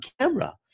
camera